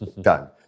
done